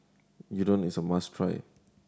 udon is a must try